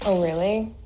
um really?